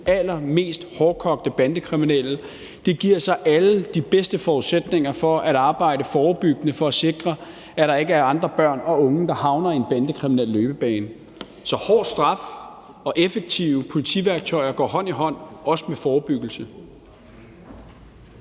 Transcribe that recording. allermest hårdkogte bandekriminelle, giver alle de bedste forudsætninger for at arbejde forebyggende for at sikre, at der ikke er andre børn og unge, der havner i en bandekriminel løbebane. Så hård straf og effektive politiværktøjer går hånd i hånd, også med forebyggelse.